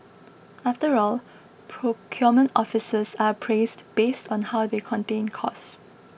after all procurement officers are appraised based on how they contain costs